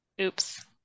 Oops